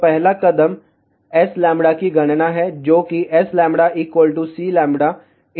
तो पहला कदम Sλ की गणना है जो Sλ Cλtan α द्वारा दिया गया है